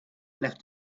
left